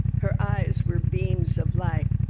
her eyes were beams of light.